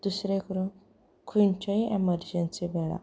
दुसरें करून खंयच्याय एमरजंसी वेळा